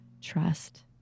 trust